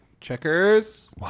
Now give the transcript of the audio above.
Checkers